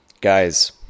guys